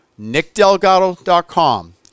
nickdelgado.com